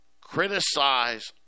criticize